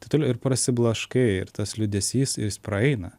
tu toliau ir prasiblaškai ir tas liūdesys praeina